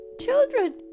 children